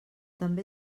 també